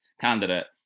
candidate